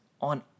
on